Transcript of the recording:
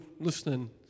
listening